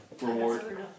reward